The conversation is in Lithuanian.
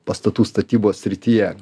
pastatų statybos srityje